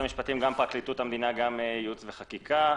גם פרקליטות המדינה וייעוץ וחקיקה,